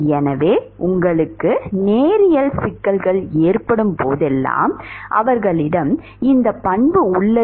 எனவே உங்களுக்கு நேரியல் சிக்கல்கள் ஏற்படும் போதெல்லாம் அவர்களிடம் இந்தப் பண்பு உள்ளது